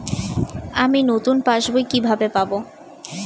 আমি নতুন পাস বই কিভাবে পাব?